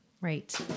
right